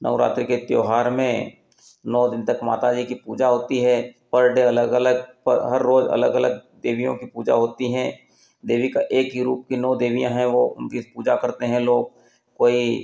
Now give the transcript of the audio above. नौरात्रि के त्योहार में नौ दिन तक माता जी की पूजा होती है पर डे अलग अलग पर हर रोज़ अलग अलग देवियों की पूजा होती हैं देवी का एक ही रूप की नौ देवियाँ हैं वह उनकी पूजा करते हैं लोग कोई